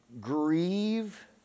grieve